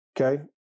okay